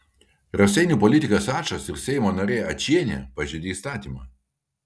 raseinių politikas ačas ir seimo narė ačienė pažeidė įstatymą